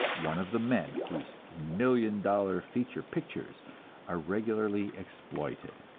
one of the men whose million dollar feature pictures are regularly exploited.